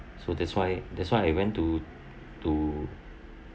so that's why that's why I went to to